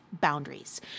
boundaries